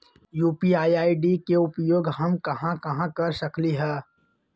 UPI ID के उपयोग हम कहां कहां कर सकली ह?